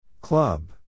Club